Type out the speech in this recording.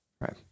Right